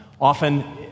Often